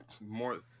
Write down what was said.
more